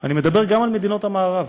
אני מדבר גם על מדינות המערב.